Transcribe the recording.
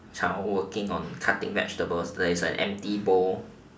child working on cutting vegetables there's a empty bowl